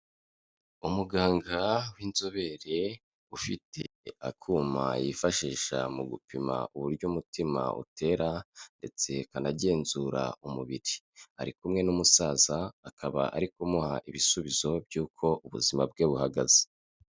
Umuganga w'inzobere ufite akuma yifashisha mu gupima uburyo umutima utera ndetse kanagenzura umubiri, ari kumwe n'umusaza akaba ari kumuha ibisubizo by'uko ubuzima bwe buhagaze.